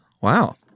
Wow